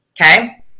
okay